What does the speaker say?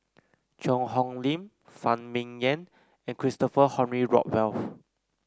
Cheang Hong Lim Phan Ming Yen and Christopher Henry Rothwell